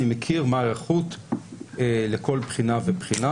אני מכיר מה ההיערכות לכל בחינה ובחינה,